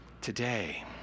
Today